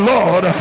Lord